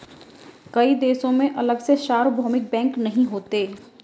कई देशों में अलग से सार्वभौमिक बैंक नहीं होते